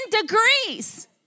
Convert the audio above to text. degrees